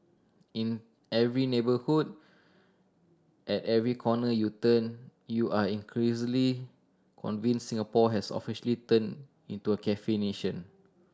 in every neighbourhood at every corner you turn you are increasingly convinced Singapore has officially turned into a cafe nation